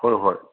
ꯍꯣꯏ ꯍꯣꯏ